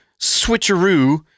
switcheroo